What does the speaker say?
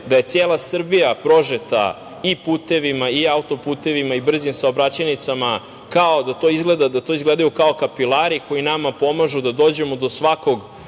da je cela Srbija prožeta i putevima i auto-putevima i brzim saobraćajnicama, da to izgleda kao kapilari koji nama pomažu da dođemo do svakog